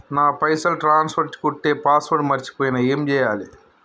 నా పైసల్ ట్రాన్స్ఫర్ కొట్టే పాస్వర్డ్ మర్చిపోయిన ఏం చేయాలి?